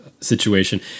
situation